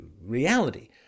reality